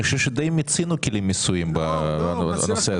אני חושב שדי מיצינו כלים מיסויים בנושא הזה.